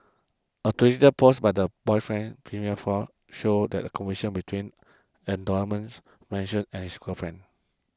a twitter post by the boyfriend's female for showed that a conversion between mentioned and his girlfriend